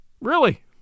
Really